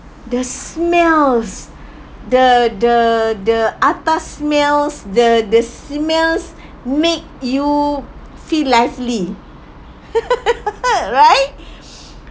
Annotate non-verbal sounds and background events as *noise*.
the smells the the the atas smells the this smells make you feel lively *laughs* right *breath*